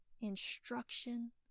instruction